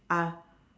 are